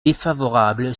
défavorable